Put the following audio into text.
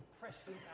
pressing